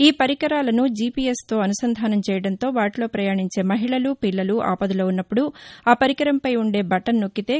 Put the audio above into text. ఈ పరికరాన్ని జీపీఎస్తో అనుసంధానం చేయడంతో వాటిలో పయాణించే మహిళలు పిల్లలు ఆపదలో ఉన్నప్పుడు ఆ పరికరంపై ఉండే బటన్ నొక్కితే